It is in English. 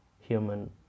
human